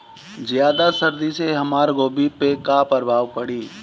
ज्यादा सर्दी से हमार गोभी पे का प्रभाव पड़ी?